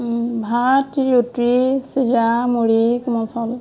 ভাত ৰুটি চিৰা মুড়ী কোমল চাউল